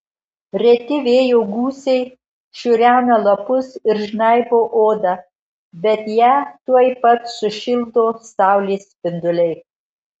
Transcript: reti vėjo gūsiai šiurena lapus ir žnaibo odą bet ją tuoj pat sušildo saulės spinduliai